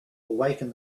awaken